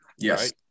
Yes